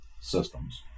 systems